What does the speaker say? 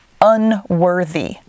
unworthy